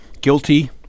Guilty